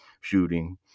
shooting